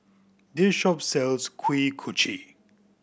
this shop sells Kuih Kochi